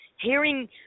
hearing